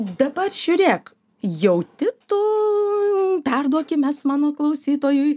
dabar žiūrėk jauti tu perduokim mes mano klausytojui